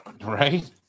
Right